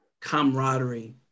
camaraderie